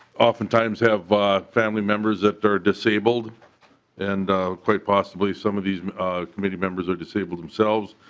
oftentimes have family members that are disabled and quite possibly some of these committee members are disabled themselves.